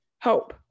hope